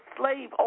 slave